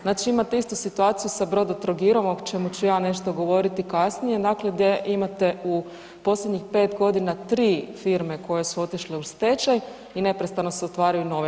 Znači imate istu situaciju sa Brodotrogirom o čemu ću ja nešto govoriti kasnije, dakle gdje imate u posljednjih 5 godina 3 firme koje su otišle u stečaj i neprestano se otvaraju nove.